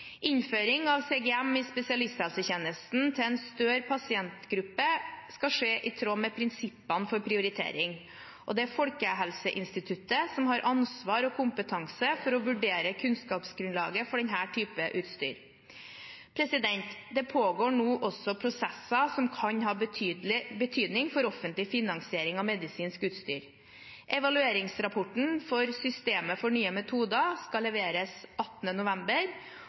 Innføring av CGM i spesialisthelsetjenesten til en større pasientgruppe skal skje i tråd med prinsippene for prioritering. Det er Folkehelseinstituttet som har ansvar for og kompetanse til å vurdere kunnskapsgrunnlaget for denne typen utstyr. Det pågår nå prosesser som kan ha betydning for offentlig finansiering av medisinsk utstyr. Evalueringsrapporten om systemet for nye metoder skal leveres den 18. november.